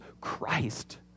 Christ